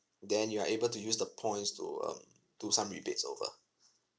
then you are able to use the points to um do some rebates over